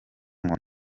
nkoni